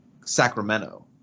Sacramento